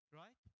right